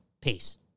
Peace